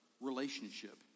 relationship